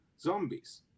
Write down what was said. zombies